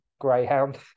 Greyhound